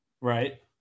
right